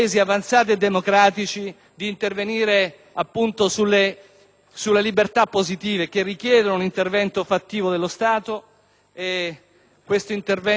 sulle libertà positive, che richiedono l'intervento fattivo dello Stato. Tale intervento dello Stato per limitare e contrastare la criminalità trova oggi